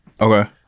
Okay